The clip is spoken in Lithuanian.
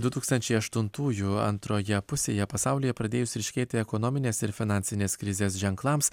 du tūkstančiai aštuntųjų antroje pusėje pasaulyje pradėjus ryškėti ekonominės ir finansinės krizės ženklams